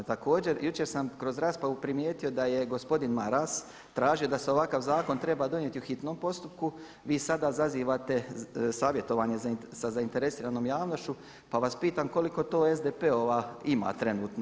Također jučer sam kroz raspravu primijetio da je gospodin Maras tražio da se ovakav zakon treba donijeti u hitnom postupku, vi sada zazivate savjetovanje sa zainteresiranom javnošću pa vas pitam koliko to SDP-ova ima trenutno?